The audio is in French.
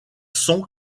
sont